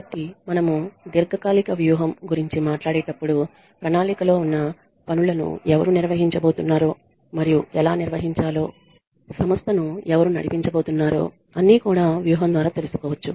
కాబట్టి మనము దీర్ఘకాలిక వ్యూహం గురించి మాట్లాడేటప్పుడు ప్రణాళికలో ఉన్న పనులను ఎవరు నిర్వహించబోతున్నారో మరియు ఎలా నిర్వహించాలో సంస్థను ఎవరు నడిపించబోతున్నారో అన్ని కూడా వ్యూహం ద్వారా తెలుసుకోవచ్చు